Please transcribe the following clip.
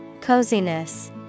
Coziness